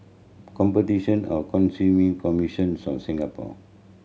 Competition of Consumer Commission Singapore